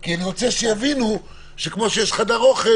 אני רוצה שיבינו שכמו שיש חדר אוכל,